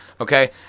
Okay